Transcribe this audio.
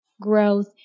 growth